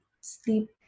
sleep